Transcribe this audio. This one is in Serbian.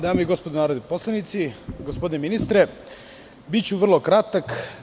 Dame i gospodo narodni poslanici, gospodine ministre, biću vrlo kratak.